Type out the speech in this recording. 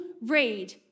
read